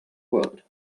world